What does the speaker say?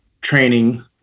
training